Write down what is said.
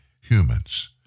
humans